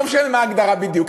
לא משנה מה ההגדרה בדיוק.